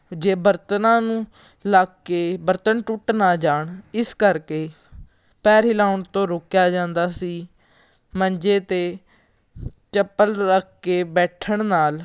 ਜੇ ਬਰਤਨਾਂ ਨੂੰ ਲੱਗ ਕੇ ਬਰਤਨ ਟੁੱਟ ਨਾ ਜਾਣ ਇਸ ਕਰਕੇ ਪੈਰ ਹਿਲਾਉਣ ਤੋਂ ਰੋਕਿਆ ਜਾਂਦਾ ਸੀ ਮੰਜੇ 'ਤੇ ਚੱਪਲ ਰੱਖ ਕੇ ਬੈਠਣ ਨਾਲ